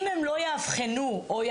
אם הם לא יבצעו את